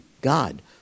God